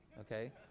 okay